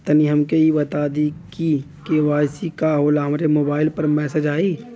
तनि हमके इ बता दीं की के.वाइ.सी का होला हमरे मोबाइल पर मैसेज आई?